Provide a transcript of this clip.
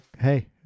hey